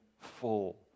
full